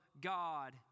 God